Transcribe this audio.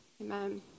Amen